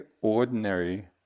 ordinary